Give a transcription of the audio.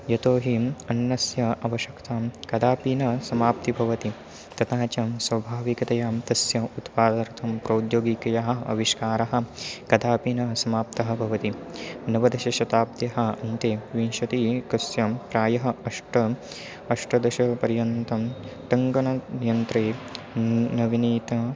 यतोहि अन्नस्य आवश्यक्ता कदापि न समाप्तिः भवति तता च स्वभाविकतया तस्य उत्पादनार्थं प्रौद्योगिकयः आविष्कारः कदापि न समाप्तः भवति नवदशशताब्धः अन्ते विंशति एकस्यां प्रायः अष्ट अष्टादशपर्यन्तं टङ्कनयन्त्रे नवीनता